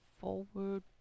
forward